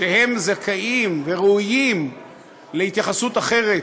שהם זכאים וראויים להתייחסות אחרת,